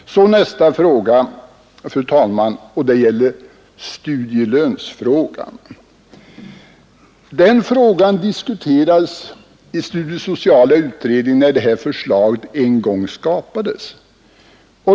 Så nästa fråga, fru talman, som gäller studielön. Den frågan diskuterades i studiesociala utredningen, när förslaget om studiemedel skapades.